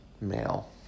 male